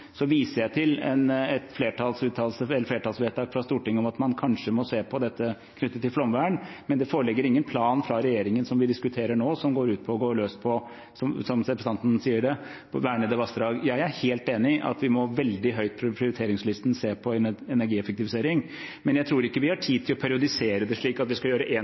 Så viste jeg til et flertallsvedtak fra Stortinget om at man kanskje må se på dette knyttet til flomvern, men det foreligger ingen plan fra regjeringen som vi diskuterer nå, som går ut på «å gå løs på», som representanten sier det, vernede vassdrag. Jeg er helt enig i at vi må – og veldig høyt på prioriteringslisten – se på energieffektivisering, men jeg tror ikke vi har tid til å periodisere det slik at vi skal gjøre én ting og så en